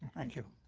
thank you.